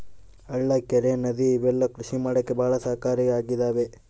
ಹಳ್ಳ ಕೆರೆ ನದಿ ಇವೆಲ್ಲ ಕೃಷಿ ಮಾಡಕ್ಕೆ ಭಾಳ ಸಹಾಯಕಾರಿ ಆಗಿದವೆ